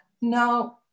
no